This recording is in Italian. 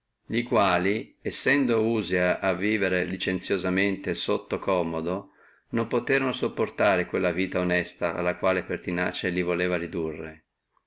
li quali sendo usi a vivere licenziosamente sotto commodo non poterono sopportare quella vita onesta alla quale pertinace li voleva ridurre